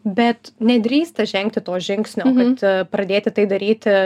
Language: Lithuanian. bet nedrįsta žengti to žingsnio kad pradėti tai daryti